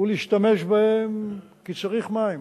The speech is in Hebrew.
להשתמש בהם, כי צריך מים